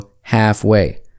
halfway